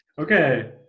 okay